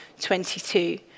22